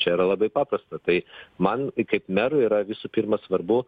čia yra labai paprasta tai man kaip merui yra visų pirma svarbu